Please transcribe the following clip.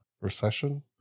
recession